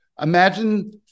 Imagine